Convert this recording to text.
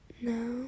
No